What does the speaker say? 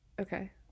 Okay